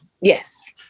Yes